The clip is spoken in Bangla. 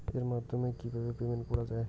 এর মাধ্যমে কিভাবে পেমেন্ট করা য়ায়?